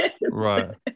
Right